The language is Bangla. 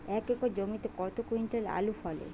এক একর জমিতে কত কুইন্টাল আলু ফলে?